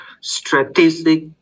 strategic